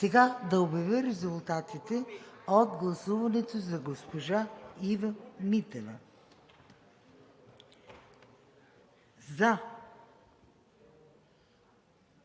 Ви. Да обявя сега резултатите от гласуването за госпожа Ива Митева: За